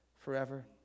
forever